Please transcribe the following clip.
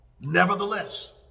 Nevertheless